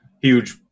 huge